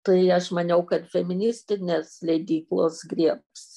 tai aš maniau kad feministinės leidyklos griebs